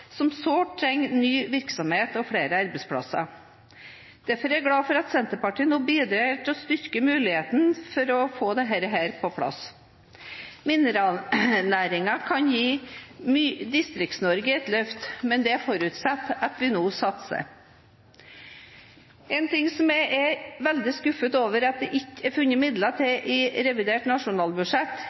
som sårt trenger ny virksomhet og flere arbeidsplasser. Derfor er jeg glad for at Senterpartiet nå bidrar til å styrke muligheten for å få dette på plass. Mineralnæringen kan gi Distrikts-Norge et løft, men det forutsetter at vi nå satser. En ting som jeg er veldig skuffet over at det ikke er funnet penger til i revidert nasjonalbudsjett,